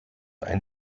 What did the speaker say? ein